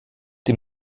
die